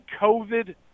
COVID